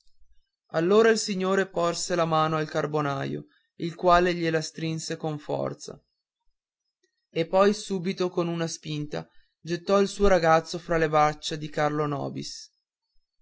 allora il signore porse la mano al carbonaio il quale gliela strinse con forza e poi subito con una spinta gettò il suo ragazzo fra le braccia di carlo nobis